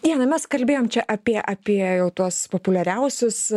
diana mes kalbėjom apie apie jau tuos populiariausius